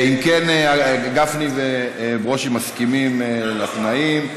אם כן, גפני וברושי מסכימים לתנאים.